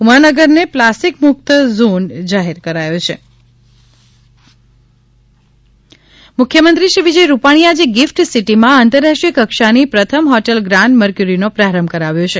ઉમાનગરને plastic મુકત zone જાહેર કરાયો છે ગીફટસીટી મુખ્યમંત્રી વિજય રૂપાણીએ આજે ગિફટ સીટીમાં આતંરરાષ્ટ્રીય કક્ષાની પ્રથમ હોટલ ગ્રાન્ડ મરકયુરીનો પ્રારંભ કરાવ્યો છે